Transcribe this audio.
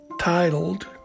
titled